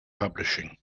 publishing